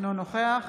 אינו נוכח